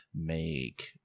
make